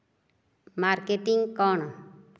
marketing କ'ଣ